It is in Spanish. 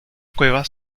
cuevas